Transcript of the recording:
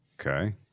Okay